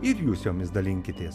ir jūs jomis dalinkitės